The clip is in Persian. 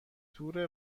تور